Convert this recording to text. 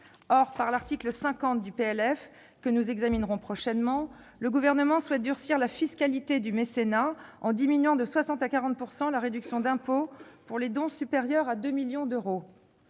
par l'article 50 du PLF que nous examinerons prochainement, le Gouvernement souhaite durcir la fiscalité du mécénat, en diminuant de 60 % à 40 % la réduction d'impôt pour les dons supérieurs à 2 millions d'euros.